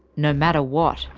no matter what.